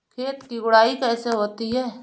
खेत की गुड़ाई कैसे होती हैं?